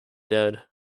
dead